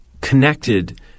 connected